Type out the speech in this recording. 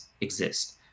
exist